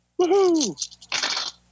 Woohoo